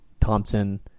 Thompson